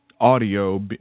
audio